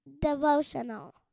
devotional